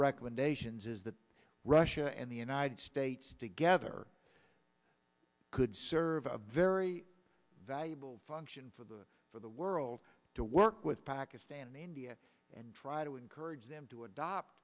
recommendations is that russia and the united states together could serve a very valuable function for the for the world to work with pakistan and india and try to encourage them to adopt